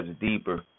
deeper